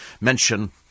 mention